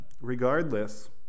regardless